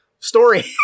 story